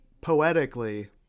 Poetically